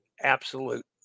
absolute